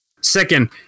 Second